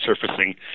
surfacing